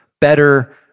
better